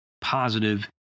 positive